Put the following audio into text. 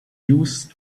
use